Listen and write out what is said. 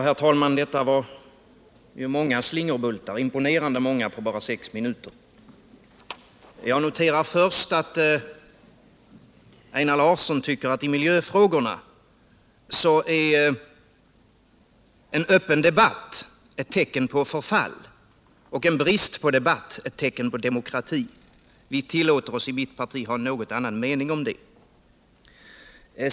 Herr talman! Det var många slingerbultar — imponerande många på bara sex minuter. Först tycker Einar Larsson att i miljöfrågorna är en öppen debatt ett tecken på förfall och en brist på debatt ett tecken på demokrati. Vi tillåter oss i mitt parti att ha en något annan mening om det.